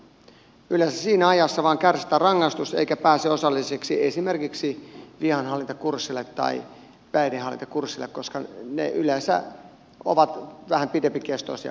yleensä siinä ajassa vain kärsitään rangaistus eikä päästä osalliseksi esimerkiksi vihanhallintakurssille tai päihdehallintakurssille koska ne yleensä ovat vähän pidempikestoisia kuin vankeusaika